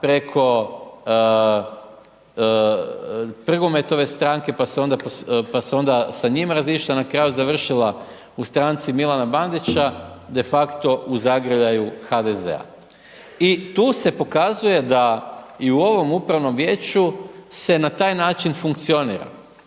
preko Prgometove stranke, pa se onda sa njim razišla, na kraju završila u stranci Milana Bandića, de facto u zagrljaju HDZ-a. I tu se pokazuje da i u ovom Upravnom vijeću se na taj način funkcionira,